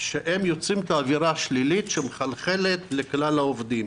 שיוצרים את האווירה השלילית שמחלחלת לכלל העובדים.